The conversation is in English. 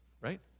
right